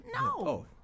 No